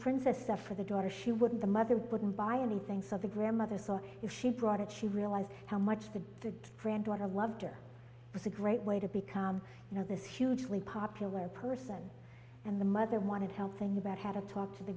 princess set for the daughter she wouldn't the mother wouldn't buy anything so the grandmother saw if she brought it she realized how much the granddaughter loved her was a great way to become you know this hugely popular person and the mother wanted help think about how to talk to the